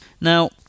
Now